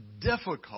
difficult